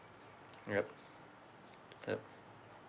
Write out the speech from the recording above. yup yup